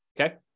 okay